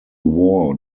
war